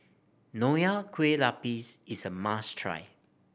Nonya Kueh Lapis is a must try